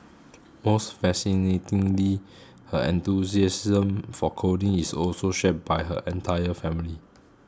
most fascinatingly her enthusiasm for coding is also shared by her entire family